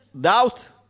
doubt